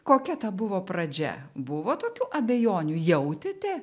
kokia ta buvo pradžia buvo tokių abejonių jautėte